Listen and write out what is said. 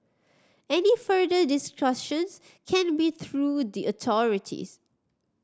any further discussions can be through the authorities